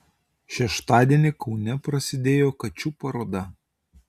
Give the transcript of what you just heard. šeštadienį kaune prasidėjo kačių paroda